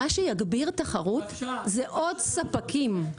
מה שיגביר תחרות זה עוד ספקים.